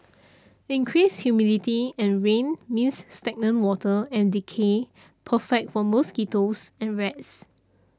increased humidity and rain means stagnant water and decay perfect for mosquitoes and rats